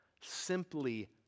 simply